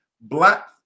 Black